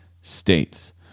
States